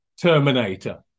Terminator